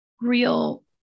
real